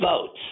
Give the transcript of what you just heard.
votes